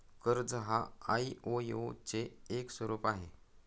कर्ज हा आई.ओ.यु चे एक स्वरूप आहे